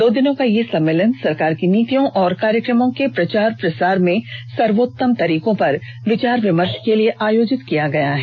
दो दिन का यह सम्मेलन सरकार की नीतियों और कार्यक्रमों के प्रचार प्रसार में सर्वोत्तम तरीकों पर विचार विमर्श के लिए आयोजित किया गया है